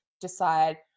decide